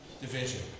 division